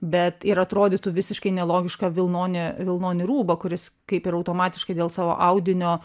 bet ir atrodytų visiškai nelogiška vilnonį vilnonį rūbą kuris kaip ir automatiškai dėl savo audinio